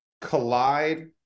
collide